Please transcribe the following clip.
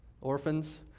orphans